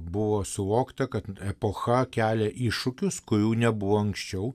buvo suvokta kad epocha kelia iššūkius kurių nebuvo anksčiau